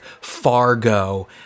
Fargo